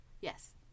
Yes